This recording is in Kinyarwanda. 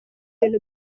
ibintu